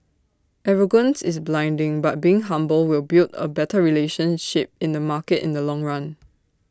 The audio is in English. arrogance is blinding but being humble will build A better relationship in the market in the long run